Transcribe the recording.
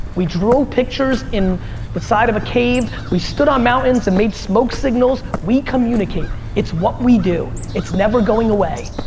we drew pictures in the side of a cave, we stood on mountains and made smoke signals, we communicate. it's what we do. it's never going away.